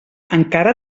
encara